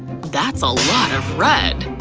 that's a lot of red.